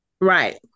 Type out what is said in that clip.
right